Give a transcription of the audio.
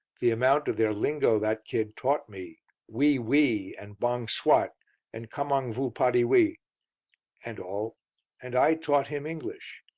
the amount of their lingo that kid taught me we, we' and bong swot and commong voo potty we and all and i taught him english.